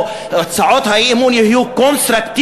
או: הצעות האי-אמון יהיו קונסטרוקטיביות,